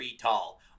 tall